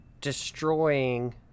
destroying